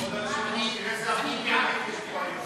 חוק הדיור הציבורי (זכויות